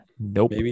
Nope